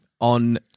on